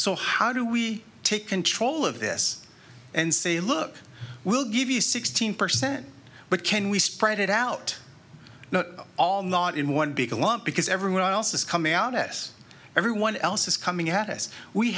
so how do we take control of this and say look we'll give you sixteen percent but can we spread it out all not in one big lump because everyone else is coming out to us everyone else is coming at us we